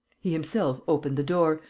he himself opened the door,